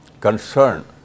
concern